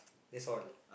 that's all